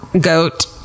goat